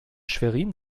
schwerin